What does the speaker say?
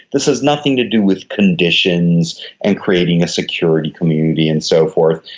this has nothing to do with conditions and creating a security community and so forth,